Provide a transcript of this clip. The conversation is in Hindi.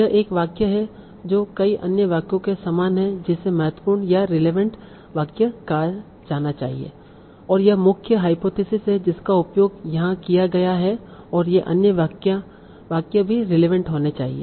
यह एक वाक्य है जो कई अन्य वाक्यों के समान है जिसे महत्वपूर्ण या रिलेवेंट वाक्य कहा जाना चाहिए और यह मुख्य हाइपोथिसिस है जिसका उपयोग यहां किया गया है और ये अन्य वाक्य भी रिलेवेंट होने चाहिए